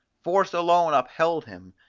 force alone upheld him,